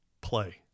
play